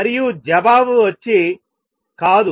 మరియు జవాబు వచ్చి కాదు